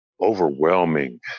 Overwhelming